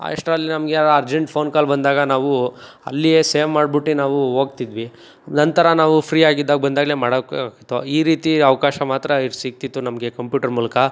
ಅಷ್ಟರಲ್ಲಿ ನಮಗೇನೋ urgent phone call ಬಂದಾಗ ನಾವು ಅಲ್ಲಿಯೇ ಸೇವ್ ಮಾಡ್ಬಿಟ್ಟು ನಾವು ಹೋಗ್ತಿದ್ವಿ ನಂತರ ನಾವು ಫ್ರೀಯಾಗಿದ್ದಾಗ ಬಂದಾಗಲೇ ಮಾಡೋಕ್ಕೆ ತೊ ಈ ರೀತಿ ಅವಕಾಶ ಮಾತ್ರ ಸಿಗ್ತಿತ್ತು ನಮಗೆ ಕಂಪ್ಯೂಟರ್ ಮೂಲಕ